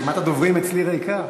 רשימת הדוברים אצלי ריקה.